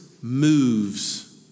moves